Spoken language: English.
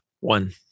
one